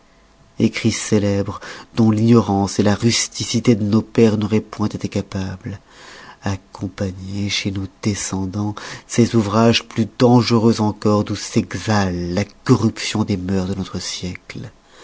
écrits célèbres dont l'ignorance la rusticité de nos pères n'auroient point été capables accompagnez chez nos descendans ces ouvrages plus dangereux encore d'où s'exhale la corruption des mœurs de notre siècle